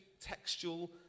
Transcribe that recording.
textual